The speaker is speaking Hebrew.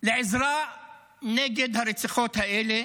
לעזרה נגד הרציחות האלה,